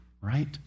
right